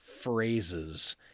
phrases